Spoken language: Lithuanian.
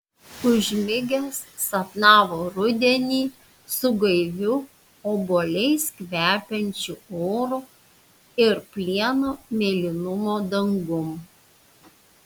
užmigęs sapnavo rudenį su gaiviu obuoliais kvepiančiu oru ir plieno mėlynumo dangum